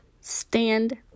stand